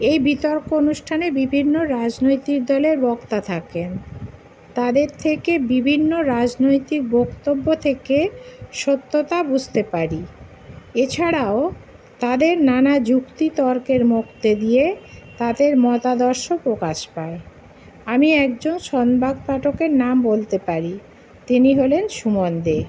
এই বিতর্ক অনুষ্ঠানে বিভিন্ন রাজনৈতিক দলের বক্তা থাকেন তাদের থেকে বিভিন্ন রাজনৈতিক বক্তব্য থেকে সত্যতা বুঝতে পারি এছাড়াও তাদের নানা যুক্তি তর্কের মধ্যে দিয়ে তাদের মতাদর্শ প্রকাশ পায় আমি একজন সংবাদ পাঠকের নাম বলতে পারি তিনি হলেন সুমন দে